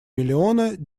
миллиона